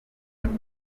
nkuru